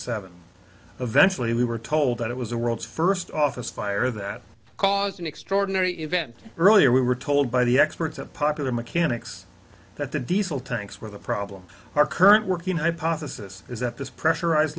seven eventually we were told that it was the world's first office fire that caused an extraordinary event earlier we were told by the experts at popular mechanics that the diesel tanks were the problem our current working hypothesis is that this pressurize